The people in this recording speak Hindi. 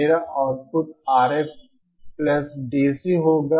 मेरा आउटपुट RFDC होगा